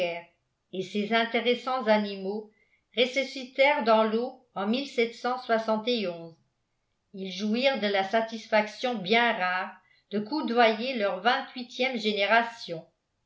et ces intéressants animaux ressuscitèrent dans l'eau en ils jouirent de la satisfaction bien rare de coudoyer leur vingthuitième génération